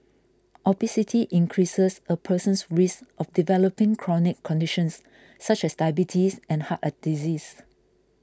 obesity increases a person's risk of developing chronic conditions such as diabetes and heart a disease